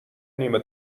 نیمه